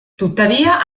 tuttavia